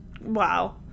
wow